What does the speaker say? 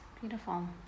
Beautiful